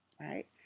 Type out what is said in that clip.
right